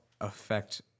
affect